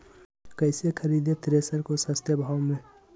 कैसे खरीदे थ्रेसर को सस्ते भाव में?